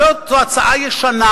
זו הצעה ישנה,